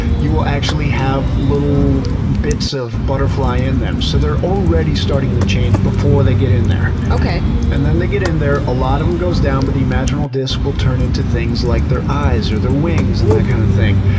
you will actually have little bits of butterfly in them. so they're already starting to change before they get in there, and then they get in there and a lot of them goes down, but the imaginal disks will turn into things like their eyes, or their wings, and that kind of thing.